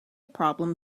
problem